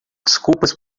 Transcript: desculpas